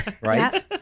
right